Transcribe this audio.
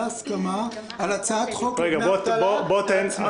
הסכמה על הצעת חוק לדמי אבטלה לעצמאים.